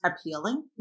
appealing